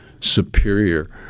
superior